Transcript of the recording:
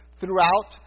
throughout